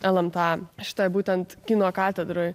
lmta šitoj būtent kino katedroj